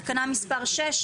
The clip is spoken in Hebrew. תקנה מס' 6,